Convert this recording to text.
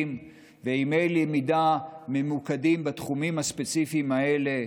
וימי למידה ממוקדים בתחומים הספציפיים האלה,